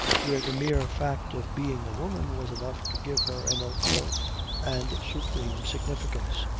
where the mere fact of being a woman was enough to give her an occult and supreme significance.